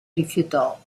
rifiutò